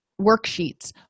worksheets